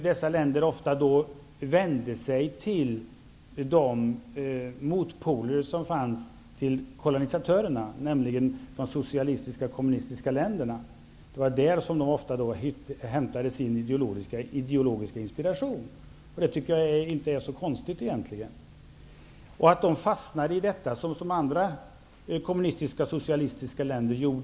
Dessa länder vände sig då ofta till de motpoler som fanns till kolonisatörerna, nämligen de kommunistiska socialistiska länderna. Det var ofta där de hämtade sin ideologiska inspiration, och det tycker jag inte är så konstigt egentligen. De fastnade i detta, som andra kommunistiska socialistiska länder också gjorde.